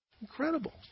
Incredible